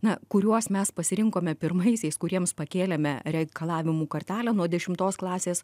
na kuriuos mes pasirinkome pirmaisiais kuriems pakėlėme reikalavimų kartelę nuo dešimtos klasės